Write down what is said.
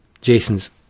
Jason's